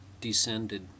descended